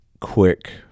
quick